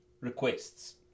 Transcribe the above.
requests